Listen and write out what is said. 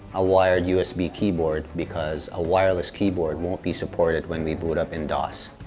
a wired usb keyboard because a wireless keyboard won't be supported when we boot up in dos.